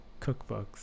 cookbooks